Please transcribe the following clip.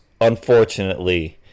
unfortunately